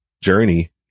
journey